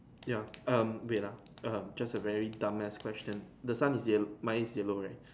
ya um wait ah um just a very dumb ass question the sun is yellow mine is yellow right